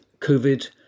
COVID